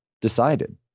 decided